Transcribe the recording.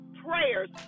prayers